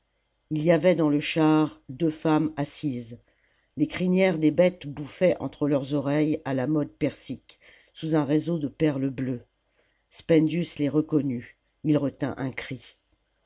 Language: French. ii y avait dans le char deux femmes assises les crinières des bêtes bouffaient entre leurs oreilles à fa mode persique sous un réseau de perles bleues spendius les reconnut il retint un cri